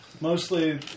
mostly